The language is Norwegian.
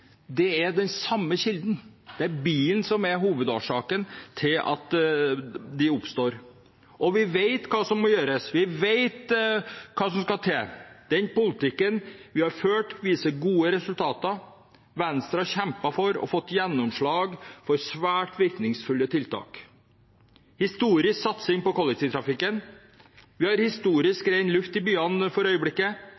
Det er den samme kilden. Det er bilen som er hovedårsaken til at dette oppstår. Vi vet hva som må gjøres. Vi vet hva som skal til. Den politikken vi har ført, viser gode resultater. Venstre har kjempet for og fått gjennomslag for svært virkningsfulle tiltak. Vi har en historisk satsing på kollektivtrafikken. Vi har historisk